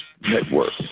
Network